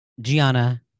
Gianna